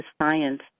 science